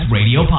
Radio